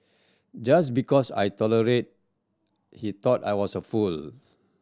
just because I tolerated he thought I was a fool